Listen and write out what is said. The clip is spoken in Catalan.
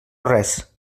res